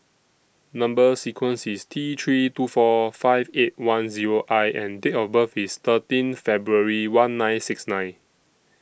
Number sequence IS T three two four five eight one Zero I and Date of birth IS thirteen February one nine six nine